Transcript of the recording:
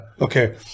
Okay